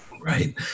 right